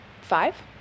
five